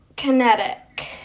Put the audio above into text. Kinetic